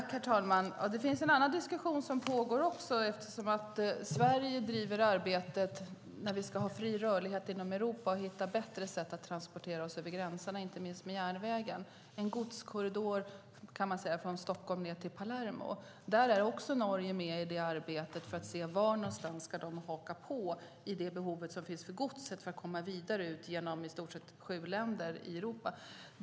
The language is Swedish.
Herr talman! Det pågår även en annan diskussion. Sverige driver ett arbete för fri rörlighet inom Europa och bättre transporter över gränserna, inte minst med järnvägen. Det handlar om en godskorridor från Stockholm ned till Palermo. Också Norge är med i det arbetet för att se var de ska haka på. Godset ska vidare ut genom i stort sett sju länder i Europa.